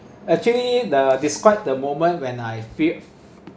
actually the describe the moment when I feel